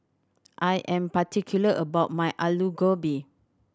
I am particular about my Alu Gobi